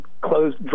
closed